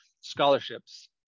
scholarships